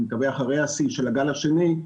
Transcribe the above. אני מקווה אחרי השיא של הגל השני,